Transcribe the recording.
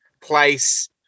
place